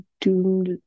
doomed